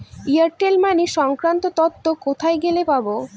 Airtel money সংক্রান্ত তথ্য কোথায় গেলে পাব?